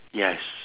yes